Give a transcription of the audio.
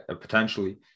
potentially